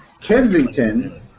Kensington